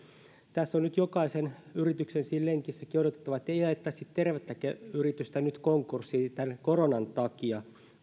tässä on nyt jokaisen yrityksen siinä lenkissäkin odotettava että ei ajettaisi tervettä yritystä nyt konkurssiin tämän koronan takia